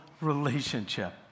relationship